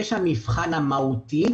יש המבחן המהותי